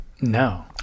No